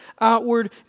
outward